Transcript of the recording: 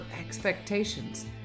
expectations